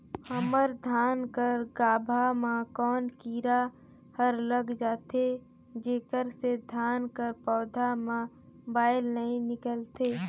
हमर धान कर गाभा म कौन कीरा हर लग जाथे जेकर से धान कर पौधा म बाएल नइ निकलथे?